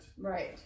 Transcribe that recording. right